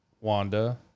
Wanda